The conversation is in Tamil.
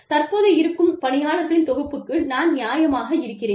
தற்போது இருக்கும் பணியாளர்களின் தொகுப்புக்கு நான் நியாயமாக இருக்கிறேன்